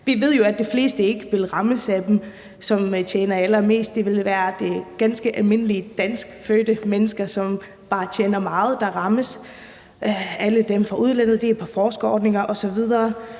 tjener allermest, ikke vil rammes af den; det vil være ganske almindelige danskfødte mennesker, som bare tjener meget, der rammes. Alle dem fra udlandet er på forskerordninger osv.